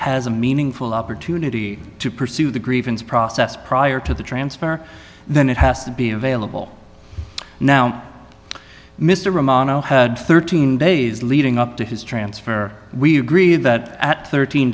has a meaningful opportunity to pursue the grievance process prior to the transfer then it has to be available now mr romano thirteen days leading up to his transfer we agreed that thirteen